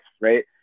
right